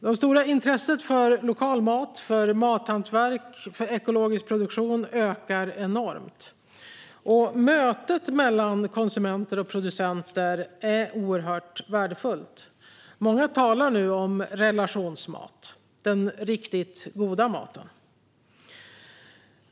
Det stora intresset för lokal mat, mathantverk och ekologisk produktion ökar enormt. Mötet mellan konsumenter och producenter är oerhört värdefullt. Många talar nu om relationsmat - den riktigt goda maten.